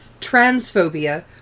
transphobia